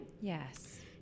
Yes